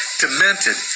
demented